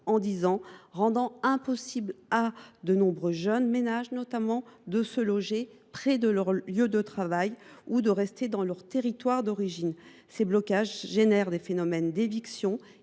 explosion rend impossible, notamment à de nombreux jeunes ménages, de se loger près de leur lieu de travail ou de rester dans leur territoire d’origine. Ces blocages entraînent des phénomènes d’éviction